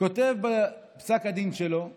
כותב בפסק הדין שלו הערה.